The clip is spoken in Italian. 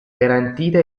garantita